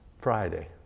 Friday